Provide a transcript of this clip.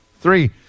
three